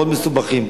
מאוד מסובכים,